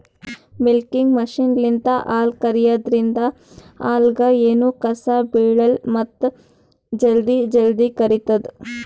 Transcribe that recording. milking ಮಷಿನ್ಲಿಂತ್ ಹಾಲ್ ಕರ್ಯಾದ್ರಿನ್ದ ಹಾಲ್ದಾಗ್ ಎನೂ ಕಸ ಬಿಳಲ್ಲ್ ಮತ್ತ್ ಜಲ್ದಿ ಜಲ್ದಿ ಕರಿತದ್